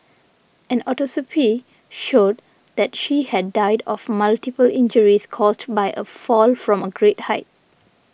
an autopsy showed that she had died of multiple injuries caused by a fall from a great height